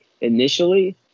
initially